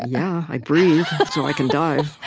yeah i breathe. so i can dive.